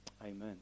Amen